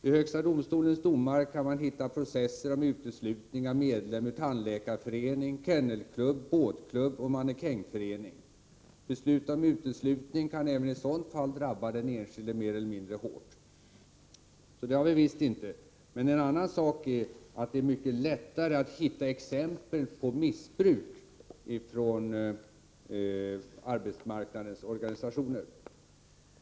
I HD:s domar kan man hitta processer om uteslutning av medlemmar ur tandläkarförening, kennelklubb, båtklubb och mannekängförening. Beslut om uteslutning kan även i sådant fall drabba den enskilde mer eller mindre hårt. En annan sak är att det är mycket lättare att hitta exempel på missbruk från arbetsmarknadens organisationer.